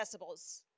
decibels